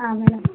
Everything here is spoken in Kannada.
ಹಾಂ ಮೇಡಮ್